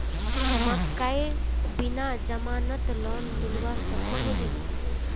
मकईर बिना जमानत लोन मिलवा सकोहो होबे?